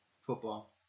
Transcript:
football